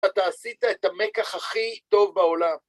אתה עשית את המקח הכי טוב בעולם.